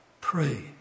Pray